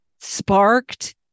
sparked